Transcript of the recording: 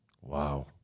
Wow